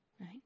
right